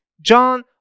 John